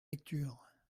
lecture